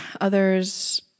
others